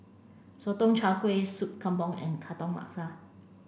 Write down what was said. Sotong Char Kway Sup Kambing and Katong Laksa